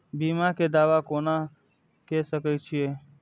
बीमा के दावा कोना के सके छिऐ?